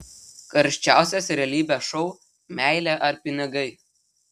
karščiausias realybės šou meilė ar pinigai